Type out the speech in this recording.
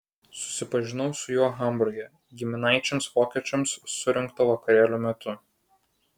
susipažinau su juo hamburge giminaičiams vokiečiams surengto vakarėlio metu